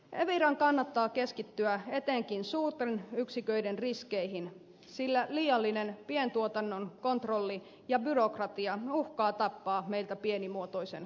eviran kannattaa keskittyä etenkin suurten yksiköiden riskeihin sillä liiallinen pientuotannon kontrolli ja byrokratia uhkaavat tappaa meiltä pienimuotoisen jatkojalostuksen